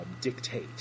dictate